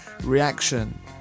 reaction